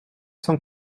cent